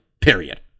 period